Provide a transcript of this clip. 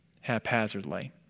haphazardly